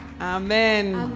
Amen